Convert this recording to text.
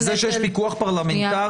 בזה שיש פיקוח פרלמנטרי?